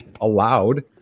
allowed